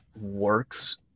works